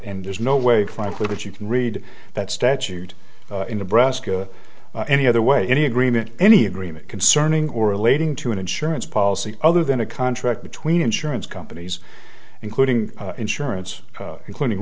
and there's no way frankly that you can read that statute in nebraska any other way any agreement any agreement concerning or relating to an insurance policy other than a contract between insurance companies including insurance including